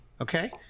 Okay